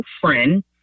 friend